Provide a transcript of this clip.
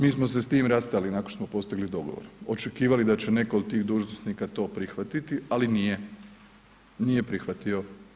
Mi smo se s tim rastali nakon što smo postigli dogovor, očekivali da će netko od tih dužnosnika to prihvatiti, ali nije, nije prihvatio.